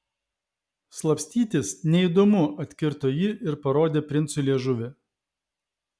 slapstytis neįdomu atkirto ji ir parodė princui liežuvį